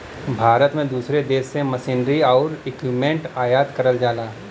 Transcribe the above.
भारत में दूसरे देश से मशीनरी आउर इक्विपमेंट आयात करल जाला